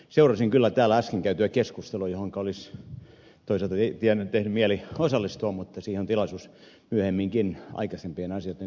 seurasin kyllä täällä äsken käytyä keskustelua johonka olisi toisaalta tehnyt mieli osallistua mutta siihen on tilaisuus myöhemminkin aikaisempien asioitten kohdalta